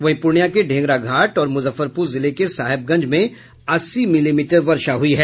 वहीं पूर्णिया के ढ़ेंगरा घाट और मुजफ्फरपुर जिले के साहेबगंज में अस्सी मिलीमीटर वर्षा हुई है